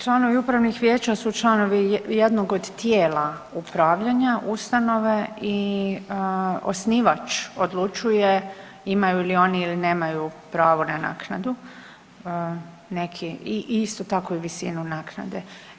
Pa članovi upravnog vijeća su članovi jednog od tijela upravljanja ustanove i osnivač odlučuje imaju li oni ili nemaju pravo na naknadu, neki, i isto tako i visinu naknade.